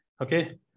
okay